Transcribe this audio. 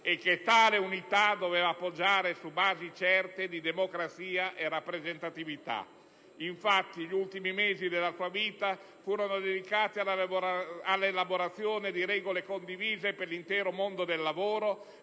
e che tale unità dovesse poggiare su basi certe di democrazia e rappresentatività, tanto è vero che gli ultimi mesi della sua vita furono dedicati all'elaborazione di regole condivise per l'intero mondo del lavoro,